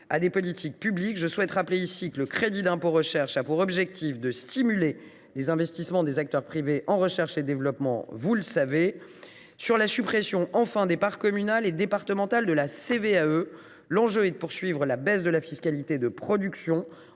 à des politiques publiques, je souhaite rappeler que le crédit d’impôt recherche a pour objectif de stimuler les investissements des acteurs privés en recherche et développement. Un mot enfin sur la suppression des parts communale et départementale de la CVAE : l’enjeu est de poursuivre la baisse de la fiscalité de production,